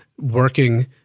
working